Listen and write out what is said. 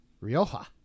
Rioja